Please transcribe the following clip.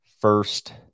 First